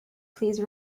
please